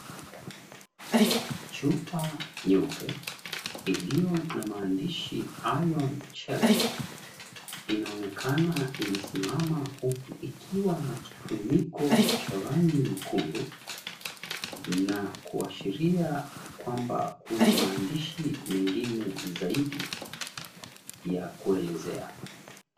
Chupa nyeupe iliyo na maandishi, Iron Chelet, inaonekana imesimama huku ikiwa na kifuniko cha rangi nyekundu na kuashiria ya kwamba kuna maandishi mengine zaidi ya kuelezea.